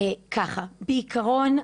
בעיקרון,